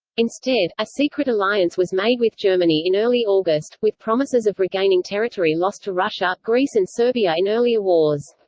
instead, a secret alliance was made with germany in early august, with promises of regaining territory lost to russia, greece and serbia in earlier wars.